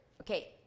okay